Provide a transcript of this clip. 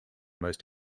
most